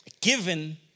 Given